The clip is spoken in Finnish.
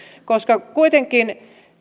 koska kuitenkin